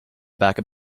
backup